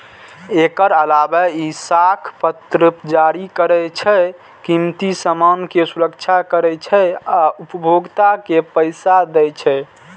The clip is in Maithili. एकर अलावे ई साख पत्र जारी करै छै, कीमती सामान के सुरक्षा करै छै आ उपभोक्ता के पैसा दै छै